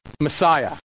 Messiah